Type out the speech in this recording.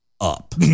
up